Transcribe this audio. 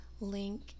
link